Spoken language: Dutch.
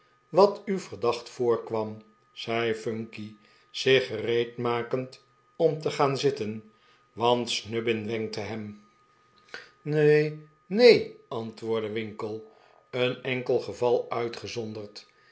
wat u verdacht voorkwam zei phunky zich gereed makend om te gaan zitten want snubbin wenkte hem ne neen antwoordde winkle een enkel geval uitgezonderd